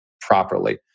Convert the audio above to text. properly